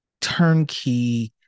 turnkey